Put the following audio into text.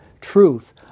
truth